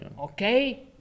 Okay